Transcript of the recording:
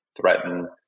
threaten